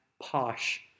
Posh